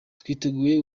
twiteguye